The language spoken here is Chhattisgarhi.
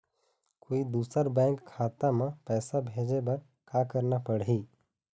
कोई दूसर बैंक खाता म पैसा भेजे बर का का करना पड़ही?